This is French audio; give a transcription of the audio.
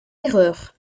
erreur